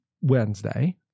Wednesday